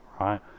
right